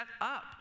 up